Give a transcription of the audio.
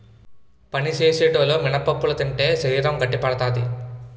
పని సేసేటోలు మినపప్పులు తింటే శరీరం గట్టిపడతాది